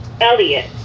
Elliot